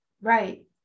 right